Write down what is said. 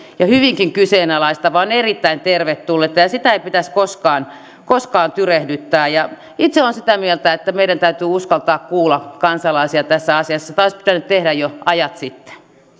ja hyvinkin kyseenalaistava on erittäin tervetullutta ja ja sitä ei pitäisi koskaan koskaan tyrehdyttää itse olen sitä mieltä että meidän täytyy uskaltaa kuulla kansalaisia tässä asiassa tämä olisi pitänyt tehdä jo ajat sitten